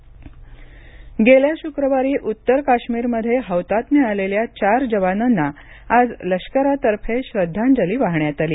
श्रद्वाजली गेल्या शुक्रवारी उत्तर काश्मीरमध्ये हौतात्म्य आलेल्या चार जवानांना आज लष्करातर्फे श्रद्धांजली वाहण्यात आली